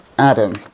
Adam